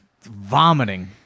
vomiting